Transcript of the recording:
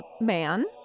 man